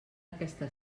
aquesta